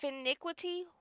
iniquity